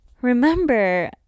Remember